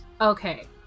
Okay